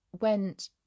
went